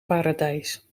paradijs